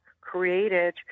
created